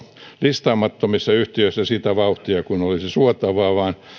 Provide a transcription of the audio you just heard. listaamattomissa yhtiöissä sitä vauhtia kuin olisi suotavaa vaan